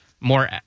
more